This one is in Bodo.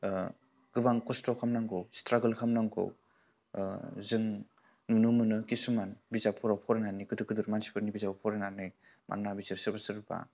गोबां कस्त' खालामनांगौ स्ट्रागाल खालामनांगौ जों नुनो मोनो किसुमान बिजाबफोराव फरायनानै गिदिर गिदिर मानसिफोरनि बिजाबाव फरायनानै मानोना बिसोर सोरबा सोरबा